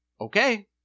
okay